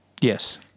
yes